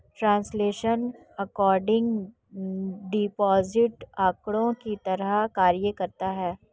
translational accounting deposit account की तरह कार्य करता है